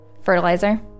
Fertilizer